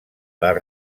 les